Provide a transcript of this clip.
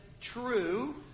true